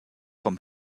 vom